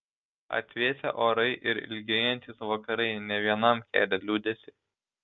atvėsę orai ir ilgėjantys vakarai ne vienam kelia liūdesį